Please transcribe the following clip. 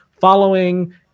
following